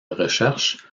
recherche